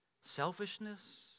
Selfishness